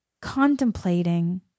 contemplating